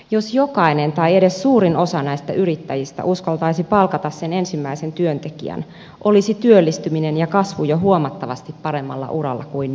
jos jokainen tai edes suurin osa näistä yrittäjistä uskaltaisi palkata sen ensimmäisen työntekijän olisi työllistyminen ja kasvu jo huomattavasti paremmalla uralla kuin nyt